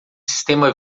sistema